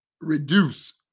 reduce